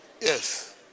Yes